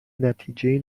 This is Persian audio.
نتیجهای